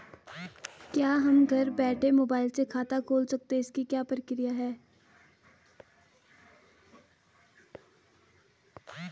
क्या हम घर बैठे मोबाइल से खाता खोल सकते हैं इसकी क्या प्रक्रिया है?